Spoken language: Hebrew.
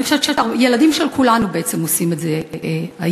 אני חושבת שהילדים של כולנו בעצם עושים את זה היום,